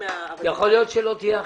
יכול להיות שלא תהיה אכיפה.